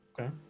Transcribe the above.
Okay